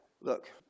Look